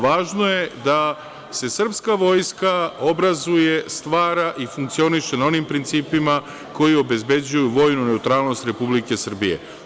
Važno je da se srpska vojska obrazuje, stvara i funkcioniše na onim principima koji obezbeđuju vojnu neutralnost Republike Srbije.